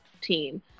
team